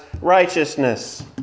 righteousness